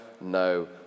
no